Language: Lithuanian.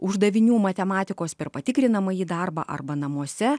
uždavinių matematikos per patikrinamąjį darbą arba namuose